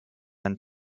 and